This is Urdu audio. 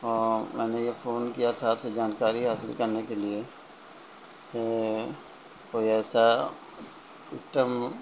اور میں نے یہ فون کیا تھا آپ سے جانکاری حاصل کرنے کے لیے کہ کوئی ایسا سسٹم